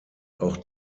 auch